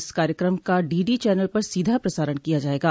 इस कार्यक्रम का डीडी चैनल पर सीधा प्रसारण किया जायेगा